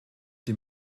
dem